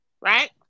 right